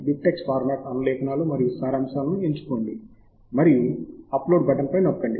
BibTeX format అనులేఖనాలు మరియు సారాంశాలను ఎంచుకోండి మరియు అప్ లోడ్ బటన్ పై నొక్కండి